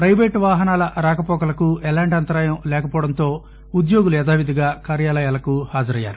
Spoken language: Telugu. పైపేటు వాహనాల రాకపోకలకు ఎలాంటి అంతరాయం లేకపోవడంతో ఉద్యోగులు యధావిధిగా కార్యాలయాలకు హాజరయ్యారు